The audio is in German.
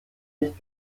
nicht